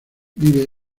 vive